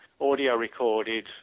audio-recorded